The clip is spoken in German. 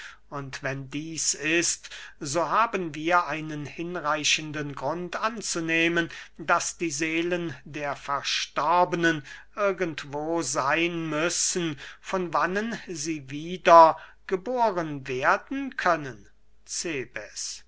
und wenn dieß ist so haben wir einen hinreichenden grund anzunehmen daß die seelen der verstorbenen irgendwo seyn müssen von wannen sie wieder geboren werden können